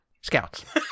Scouts